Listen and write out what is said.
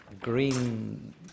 green